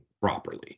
properly